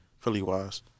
Philly-wise